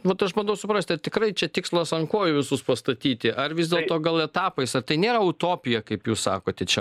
vat aš bandau suprasti ar tikrai čia tikslas ant kojų visus pastatyti ar vis dėlto gal etapais ar tai nėra utopija kaip jūs sakote čia